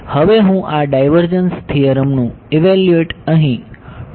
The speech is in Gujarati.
હવે હું આ ડાઈવર્જન્સ થીયરમનું ઇવેલ્યુએટ અહીં 2D માં કરવા માંગુ છું